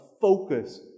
focus